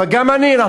אבל גם אני, אה.